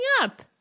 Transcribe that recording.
up